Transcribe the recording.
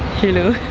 hello.